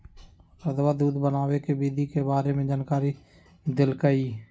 रधवा दूध बनावे के विधि के बारे में जानकारी देलकई